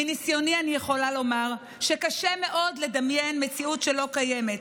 מניסיוני אני יכולה לומר שקשה מאוד לדמיין מציאות שלא קיימת,